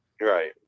right